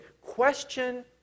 question